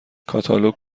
کاتالوگ